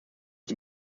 die